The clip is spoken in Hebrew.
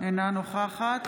אינה נוכחת